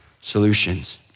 solutions